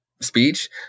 speech